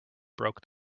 broke